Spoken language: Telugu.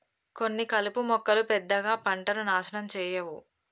కొన్ని కలుపు మొక్కలు పెద్దగా పంటను నాశనం చేయవు